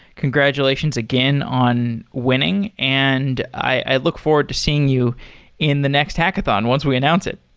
congratulations again on winning, and i look forward to seeing you in the next hackathon once we announce it.